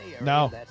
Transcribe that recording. No